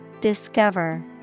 Discover